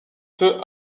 peu